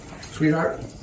Sweetheart